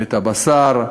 הבשר,